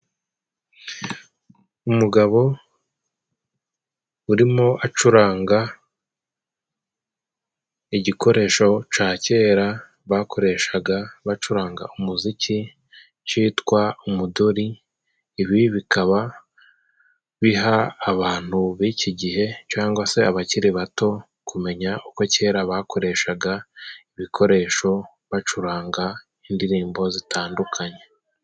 Umugabo urimo acuranga igikoresho ca kera bakoreshaga bacuranga umuziki citwa umudori, ibi bikaba biha abantu b'iki gihe cangwa se abakiri bato, kumenya uko kera bakoreshaga ibikoresho bacuranga indirimbo zitandukanye.